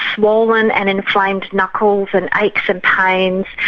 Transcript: swollen and inflamed knuckles, and aches and pains,